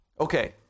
Okay